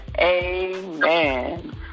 Amen